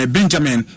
Benjamin